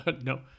No